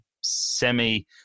semi